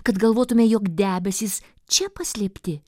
kad galvotume jog debesys čia paslėpti